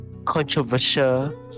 Controversial